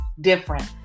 different